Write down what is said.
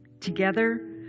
Together